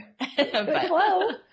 Hello